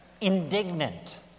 indignant